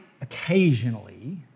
occasionally